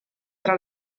tra